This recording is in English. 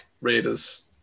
raiders